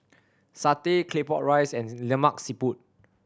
satay Claypot Rice and Lemak Siput